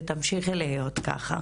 ותמשיכי להיות ככה.